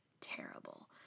terrible